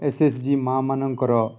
S S G ମା' ମାନଙ୍କର